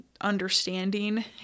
understanding